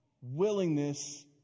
willingness